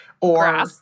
or-